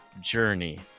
journey